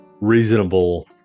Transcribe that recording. reasonable